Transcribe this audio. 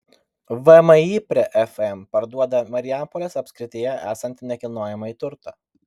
vmi prie fm parduoda marijampolės apskrityje esantį nekilnojamąjį turtą